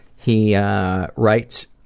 he writes,